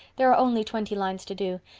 there are only twenty lines to do.